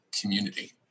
Community